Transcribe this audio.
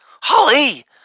Holly